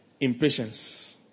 Impatience